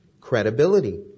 Credibility